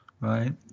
Right